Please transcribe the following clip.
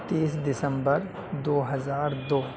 تیس دسمبر دو ہزار دو